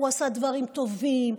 הוא עשה דברים טובים,